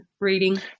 reading